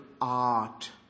art